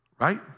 Right